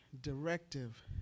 directive